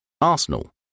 Arsenal